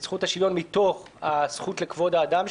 מתוך הזכות לכבוד האדם,